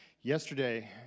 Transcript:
yesterday